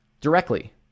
directly